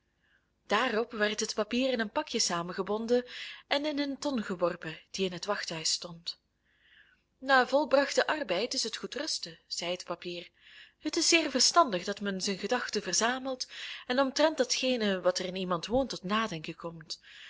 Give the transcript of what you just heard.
daarop werd het papier in een pakje samengebonden en in een ton geworpen die in het wachthuis stond na volbrachten arbeid is het goed rusten zei het papier het is zeer verstandig dat men zijn gedachten verzamelt en omtrent datgene wat er in iemand woont tot nadenken komt